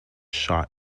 shot